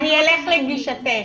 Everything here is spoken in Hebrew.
אני אלך לגישתך,